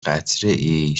قطرهای